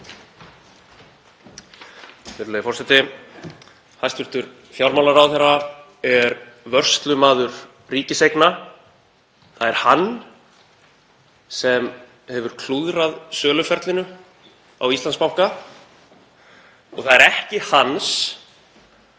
Það er hann sem hefur klúðrað söluferlinu á Íslandsbanka. Það er ekki hans